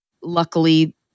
luckily